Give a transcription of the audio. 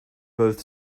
both